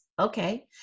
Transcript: Okay